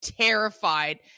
terrified